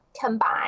combine